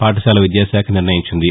పాఠశాల విద్యాశాఖ నిర్ణయించింది